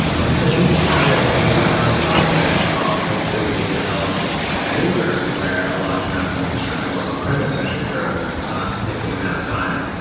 and so this is kind of you know a nice side effect of m three being developed at uber, where a large amount of the infrastructure was on-premise actually for a significant amount of time,